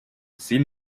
sin